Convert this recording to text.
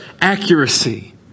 accuracy